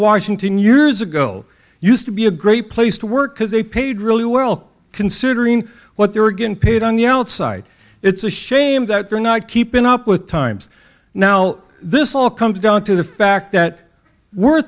washington years ago used to be a great place to work because they paid really well considering what they were getting paid on the outside it's a shame that they're not keeping up with times now this all comes down to the fact that we're